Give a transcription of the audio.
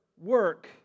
work